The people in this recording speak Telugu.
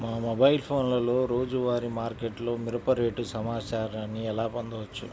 మా మొబైల్ ఫోన్లలో రోజువారీ మార్కెట్లో మిరప రేటు సమాచారాన్ని ఎలా పొందవచ్చు?